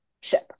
ship